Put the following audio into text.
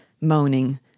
moaning